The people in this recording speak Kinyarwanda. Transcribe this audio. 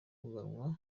kugawa